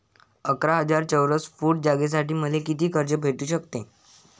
अकरा हजार चौरस फुट जागेसाठी मले कितीक कर्ज भेटू शकते?